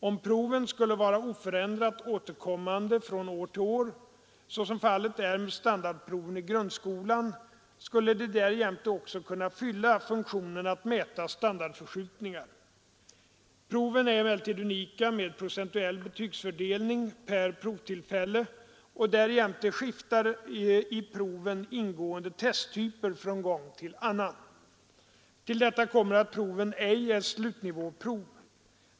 Om proven skulle vara oförändrat återkommande från år till år, såsom fallet är med standardproven i grundskolan, skulle de därjämte också kunna fylla funktionen att mäta standardförskjutningar. Proven är emellertid unika med procentuell betygsfördelning per provtillfälle, och därjämte skiftar i proven ingående testtyper från gång till annan. Till detta kommer att proven ej är slutnivåprov.